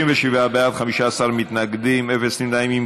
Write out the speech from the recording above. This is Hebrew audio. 37 בעד, 15 מתנגדים, אפס נמנעים.